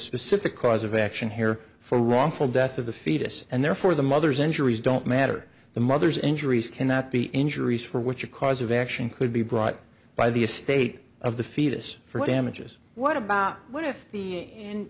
specific cause of action here for wrongful death of the fetus and therefore the mother's injuries don't matter the mother's injuries cannot be injuries for which a cause of action could be brought by the estate of the fetus for damages what about what if the